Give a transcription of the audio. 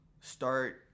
start